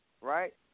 Right